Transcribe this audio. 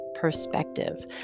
Perspective